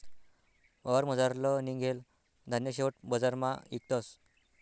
वावरमझारलं निंघेल धान्य शेवट बजारमा इकतस